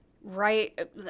right –